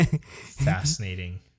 Fascinating